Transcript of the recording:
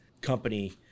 company